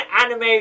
anime